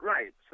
Right